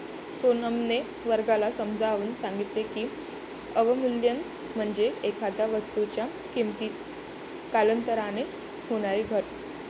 सोनमने वर्गाला समजावून सांगितले की, अवमूल्यन म्हणजे एखाद्या वस्तूच्या किमतीत कालांतराने होणारी घट